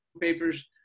papers